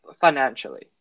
financially